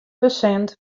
persint